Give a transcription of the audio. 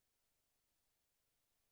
אמרו